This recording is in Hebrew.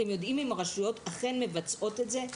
האם אתם יודעים האם הרשויות אכן מבצעות את זה?